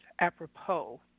apropos